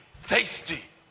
tasty